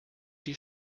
die